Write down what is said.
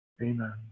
Amen